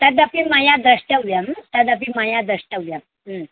तदपि मया द्रष्टव्य तदपि मया द्रष्टव्यं